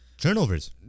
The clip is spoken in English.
Turnovers